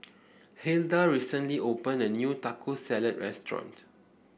Hilda recently opened a new Taco Salad restaurant